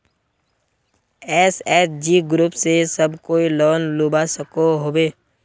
SHG group से सब कोई लोन लुबा सकोहो होबे?